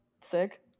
sick